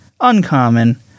uncommon